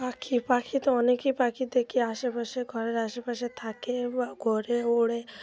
পাখি পাখি তো অনেকেই পাখি দেখি আশেপাশে ঘরের আশেপাশে থাকে বা ঘরে উড়ে